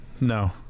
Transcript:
No